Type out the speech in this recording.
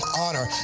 honor